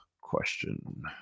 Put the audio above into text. question